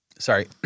Sorry